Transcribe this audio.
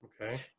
Okay